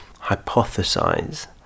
hypothesize